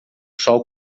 sol